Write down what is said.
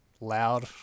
loud